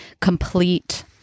complete